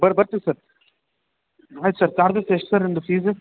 ಬರ್ ಬರ್ತೀವಿ ಸರ್ ಆಯ್ತು ಸರ್ ಚಾರ್ಜಸ್ ಎಷ್ಟು ಸರ್ ನಿಮ್ಮದು ಫೀಸು